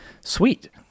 Sweet